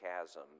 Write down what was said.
chasm